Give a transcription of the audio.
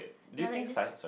ya like this